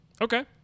Okay